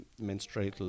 menstrual